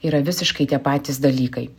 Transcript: yra visiškai tie patys dalykai